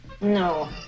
No